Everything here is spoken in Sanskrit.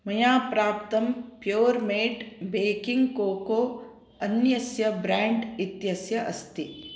मया प्राप्तं प्योरमेट् बेकिङ्ग् कोको अन्यस्य ब्राण्ड् इत्यस्य अस्ति